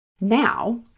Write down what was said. Now